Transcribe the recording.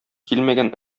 килмәгән